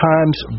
Times